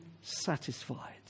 satisfied